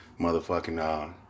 motherfucking